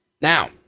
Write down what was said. Now